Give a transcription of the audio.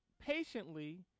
patiently